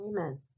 amen